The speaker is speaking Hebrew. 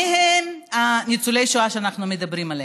מיהם ניצולי השואה שאנחנו מדברים עליהם.